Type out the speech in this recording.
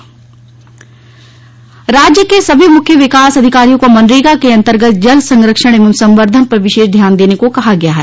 मनरेगा राज्य के सभी मुख्य विकास अधिकारियों को मनरेगा के अन्तर्गत जल संरक्षण एवं संर्वद्वन पर विशेष ध्यान देने को कहा गया है